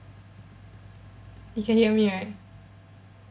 you can hear me right